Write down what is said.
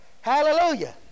hallelujah